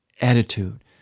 attitude